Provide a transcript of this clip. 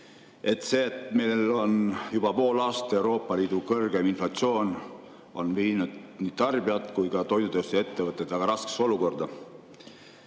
See, et meil on juba pool aastat Euroopa Liidu kõrgeim inflatsioon, on viinud nii tarbijad kui ka toidutööstusettevõtted väga raskesse olukorda.